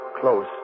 close